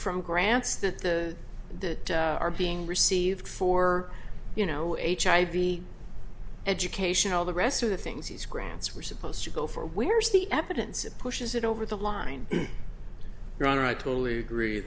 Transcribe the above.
from grants that the that are being received for you know hiv education all the rest of the things these grants were supposed to go for where's the evidence that pushes it over the line rather i totally agree